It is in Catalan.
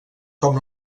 com